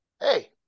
hey